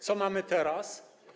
Co mamy teraz?